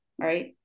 right